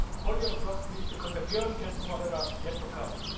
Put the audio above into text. hold your applause, please, because the real guests of honor are yet to come,